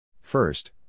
First